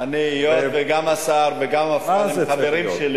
מה זה צריך להיות?